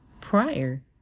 prior